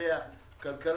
ותושביה הוא שבר גדול.